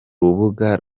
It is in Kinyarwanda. rubuga